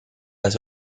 las